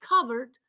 covered